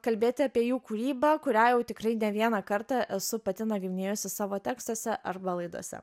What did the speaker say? kalbėti apie jų kūrybą kurią jau tikrai ne vieną kartą esu pati nagrinėjusi savo tekstuose arba laidose